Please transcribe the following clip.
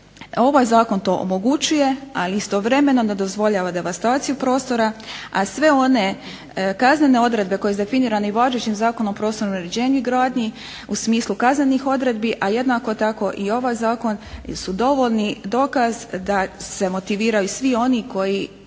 ovaj zakon to omogućuje, ali istovremeno ne dozvoljava devastaciju prostora, a sve one kaznene odredbe koje su definirane i važećim Zakonom o prostornom uređenju i gradnji u smislu kaznenih odredbi a jednako tako i ovaj zakon su dovoljni dokaz da se motiviraju svi oni koji